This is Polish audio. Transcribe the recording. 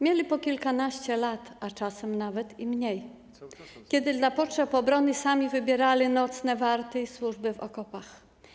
Mieli po kilkanaście lat, a czasem nawet i mniej, kiedy dla potrzeb obrony sami wybierali nocne warty i służby w okopach.